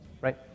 Right